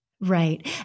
Right